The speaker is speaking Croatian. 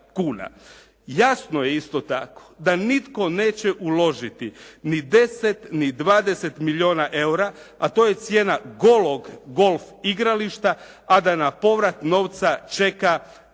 Jasno je isto tako da nitko neće uložiti ni 10, ni 20 milijuna eura a to je cijena golog golf igrališta a da na povrat novca čeka 200,